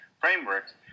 frameworks